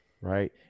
right